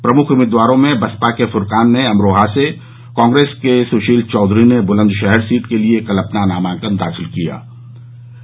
प्रमुख उम्मीदवारों में बसपा के फुरकान ने अमरोहा कांग्रेस के सुशील चौधरी ने बुलन्दशहर सीट के लिए कल अपना नामांकन दाखिल कराया